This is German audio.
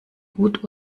gut